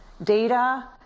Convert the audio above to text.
data